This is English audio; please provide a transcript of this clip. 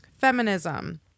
feminism